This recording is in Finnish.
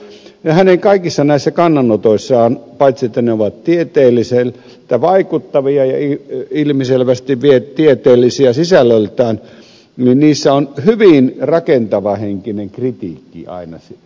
ja näissä hänen kaikissa kannanotoissaan paitsi että ne ovat tieteelliseltä vaikuttavia ja ilmiselvästi vielä tieteellisiä sisällöltään on hyvin rakentavahenkinen kritiikki aina ominaisuutena